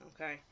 Okay